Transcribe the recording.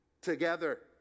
together